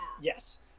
Yes